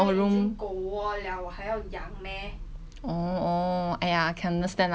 oh oh !aiya! can understand lah cause I go your house before your room !wah! really cannot take it ah